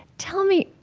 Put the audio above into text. tell me,